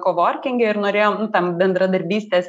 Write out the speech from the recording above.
kovorkinge ir norėjom nu tam bendradarbystės